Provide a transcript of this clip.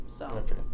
Okay